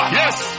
yes